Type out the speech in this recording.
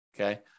Okay